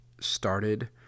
started